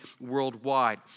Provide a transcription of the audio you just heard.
worldwide